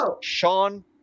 Sean